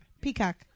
Peacock